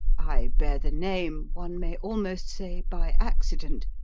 i bear the name, one may almost say by accident,